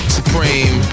Supreme